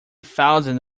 thousands